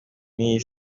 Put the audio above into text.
n’iyi